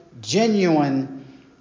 genuine